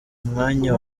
mwanya